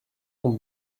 ton